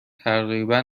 تقریبا